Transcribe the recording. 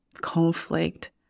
conflict